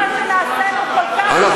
איך זה קרה שנעשינו כל כך, איך?